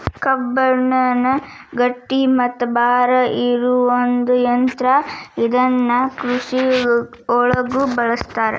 ಕಬ್ಬಣದ ಗಟ್ಟಿ ಮತ್ತ ಭಾರ ಇರು ಒಂದ ಯಂತ್ರಾ ಇದನ್ನ ಕೃಷಿ ಒಳಗು ಬಳಸ್ತಾರ